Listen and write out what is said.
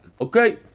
Okay